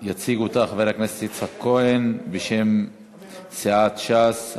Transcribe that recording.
יציג אותה חבר הכנסת יצחק כהן בשם סיעת ש"ס: